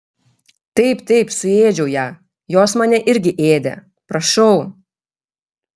taip taip suėdžiau ją jos mane irgi ėdė prašau